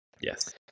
Yes